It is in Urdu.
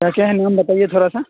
کیا کیا ہے میم بتائیے تھوڑا سا